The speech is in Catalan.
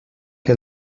que